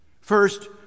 First